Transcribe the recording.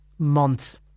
Months